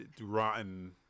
rotten